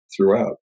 throughout